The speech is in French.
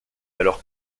alors